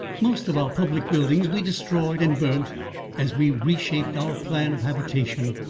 most of our public buildings we destroyed and burnt as we reshaped our plan of habitation,